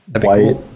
White